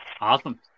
Awesome